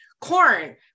Corn